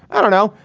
i don't know,